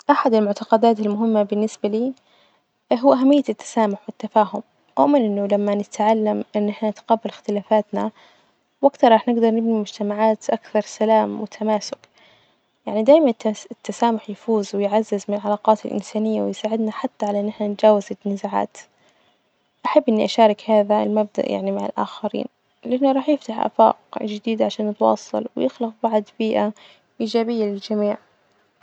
أحد المعتقدات المهمة بالنسبة لي هو أهمية التسامح والتفاهم أو من إنه لما نتعلم إن إحنا نتقبل إختلافاتنا، وجتها راح نجدر نبني مجتمعات أكثر سلام وتماسك، يعني دايما التس- التسامح يفوز ويعزز من علاقات الإنسانية، ويساعدنا حتى على إن إحنا نتجاوز ست نزاعات، أحب إني أشارك هذا المبدأ يعني مع الآخرين، لإنه راح يفتح آفاق جديدة عشان نتواصل ويخلق بعد بيئة إيجابية للجميع.